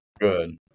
good